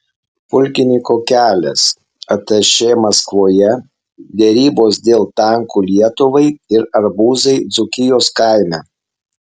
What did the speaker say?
pulkininko kelias atašė maskvoje derybos dėl tankų lietuvai ir arbūzai dzūkijos kaime